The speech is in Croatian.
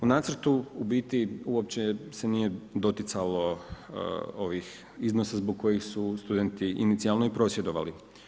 U nacrtu u biti uopće se nije doticalo ovih iznosa zbog kojih su studenti inicijalno i prosvjedovali.